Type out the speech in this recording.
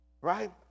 Right